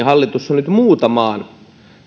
hallitus on nyt muutamaan